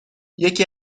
یکی